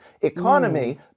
economy